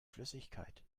flüssigkeit